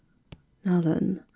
now then,